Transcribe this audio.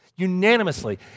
unanimously